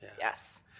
Yes